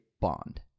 Bond